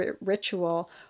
ritual